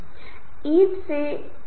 अन्य समूह सिर्फ मैत्री समूह हो सकता है